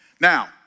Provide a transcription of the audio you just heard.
Now